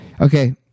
Okay